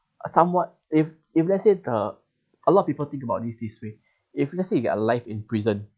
somewhat if if let's say the a lot of people think about this this way if let's say you get a life in prison